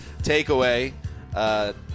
takeaway –